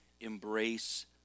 embrace